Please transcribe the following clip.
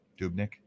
dubnik